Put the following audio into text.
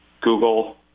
Google